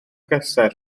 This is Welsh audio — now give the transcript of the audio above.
castell